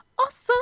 awesome